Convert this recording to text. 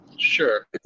Sure